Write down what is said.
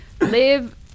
live